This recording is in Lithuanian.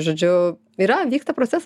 žodžiu yra vyksta procesas